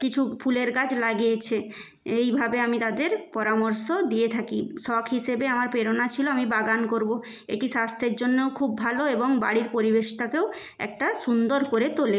কিছু ফুলের গাছ লাগিয়েছে এইভাবে আমি তাদের পরামর্শ দিয়ে থাকি শখ হিসেবে আমার প্রেরণা ছিল আমি বাগান করব এটি স্বাস্থ্যের জন্যও খুব ভালো এবং বাড়ির পরিবেশটাকেও একটা সুন্দর করে তোলে